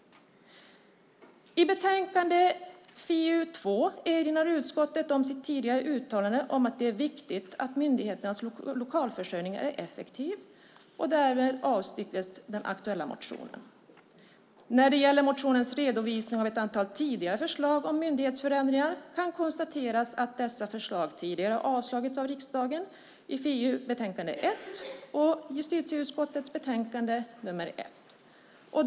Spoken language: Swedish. I betänkande 2009 10:FiU1 och 2009/10:JuU1.